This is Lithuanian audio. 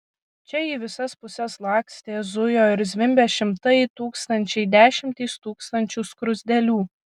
čia į visas puses lakstė zujo ir zvimbė šimtai tūkstančiai dešimtys tūkstančių skruzdėlių